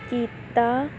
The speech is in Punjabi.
ਕੀਤਾ